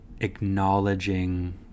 acknowledging